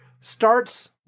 starts